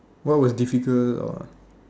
what was difficult or